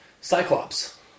Cyclops